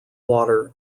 water